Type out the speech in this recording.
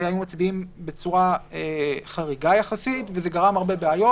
ומצביעים בצורה חריגה יחסית, מה שגרם הרבה בעיות.